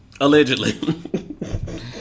Allegedly